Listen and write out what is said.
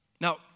Now